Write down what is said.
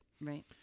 right